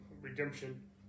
Redemption